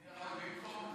אפשר במקום?